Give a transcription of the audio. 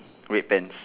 wait tens